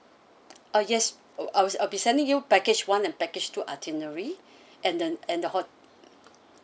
uh yes oh I was I'll be sending you package one and package two itinerary and then and the hot~